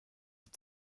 die